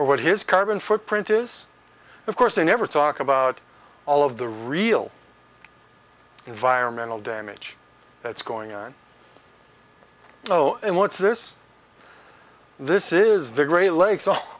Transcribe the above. or what his carbon footprint is of course they never talk about all of the real environmental damage that's going on you know what's this this is the great lakes a